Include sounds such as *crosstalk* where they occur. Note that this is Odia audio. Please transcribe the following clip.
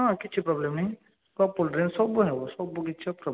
ହଁ କିଛି ପ୍ରୋବ୍ଲେମ୍ ନାହିଁ ସବୁ *unintelligible* ସବୁ ହେବ ସବୁ କିଛି ପ୍ରୋବ୍ଲେମ୍ ନାହିଁ